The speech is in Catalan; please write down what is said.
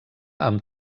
amb